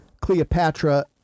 Cleopatra